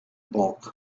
bulk